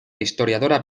historiadora